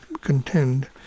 contend